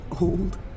old